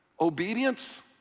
Obedience